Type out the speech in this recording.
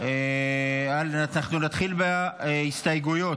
אנחנו נתחיל בהסתייגויות.